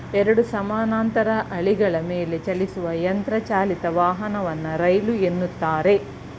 ಎರಡು ಸಮಾನಾಂತರ ಹಳಿಗಳ ಮೇಲೆಚಲಿಸುವ ಯಂತ್ರ ಚಾಲಿತ ವಾಹನವನ್ನ ರೈಲು ಎನ್ನುತ್ತಾರೆ